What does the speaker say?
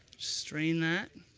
strain that.